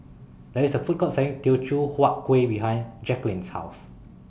There IS A Food Court Selling Teochew Huat Kuih behind Jacquelin's House